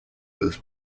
was